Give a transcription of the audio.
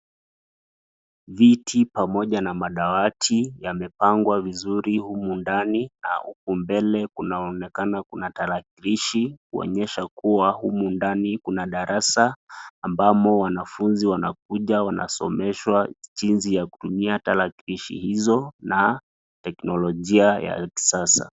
Viti pamoja na madawati yamepangwa vizuri humu ndani na huku mbele kunaonekana kuna tarakilishi kuonyesha kuwa humu ndani kuna darasa ambamo wanafunzi wanakuja wanasomeshwa jinsi ya kutumia tarakilishi hizo na teknolojia ya kisasa.